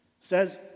says